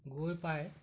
গৈ পায়